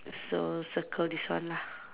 so circle this one lah